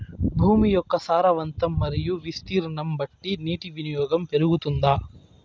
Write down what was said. భూమి యొక్క సారవంతం మరియు విస్తీర్ణం బట్టి నీటి వినియోగం పెరుగుతుందా?